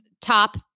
top